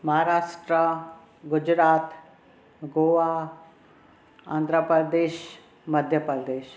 Maharashtra Gujarat Goa Andhra Pradesh Madhya Pradesh